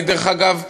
דרך אגב,